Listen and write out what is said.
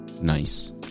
nice